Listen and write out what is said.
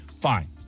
fine